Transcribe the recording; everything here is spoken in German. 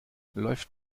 läuft